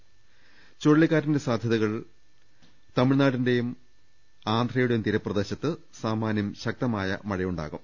എന്നാൽ ചുഴലിക്കാറ്റിന്റെ സ്വാധീനത്താൽ തമിഴ്നാടിന്റെയും ആന്ധ്രയുടെയും തീരപ്രദേശത്ത് സാമാന്യം ശക്തമായ മഴയുണ്ടാ കും